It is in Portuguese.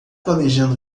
planejando